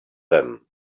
them